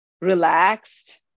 relaxed